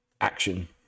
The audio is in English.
action